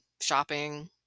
shopping